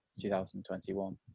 2021